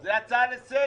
זה הצעה לסדר.